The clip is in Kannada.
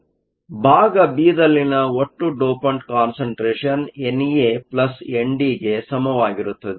ಭಾಗ 'ಬಿ' ದಲ್ಲಿನ ಒಟ್ಟು ಡೋಪಂಟ್ ಕಾನ್ಸಂಟ್ರೇಷನ್ ಎನ್ಎಎನ್ಡಿ ಗೆ ಸಮವಾಗಿರುತ್ತದೆ